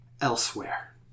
elsewhere